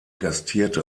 gastierte